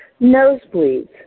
Nosebleeds